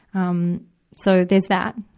um so, there's that.